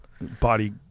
body